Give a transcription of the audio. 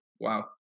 Wow